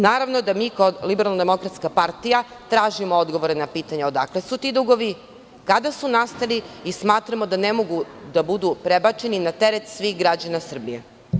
Naravno da mi kao LDP tražimo odgovore na pitanja odakle su ti dugovi, kada su nastali i smatramo da ne mogu da budu prebačeni na teret svih građana Srbije.